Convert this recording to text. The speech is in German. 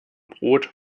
brot